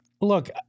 look